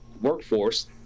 workforce